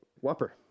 Whopper